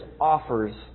offers